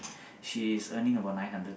she is earning about nine hundred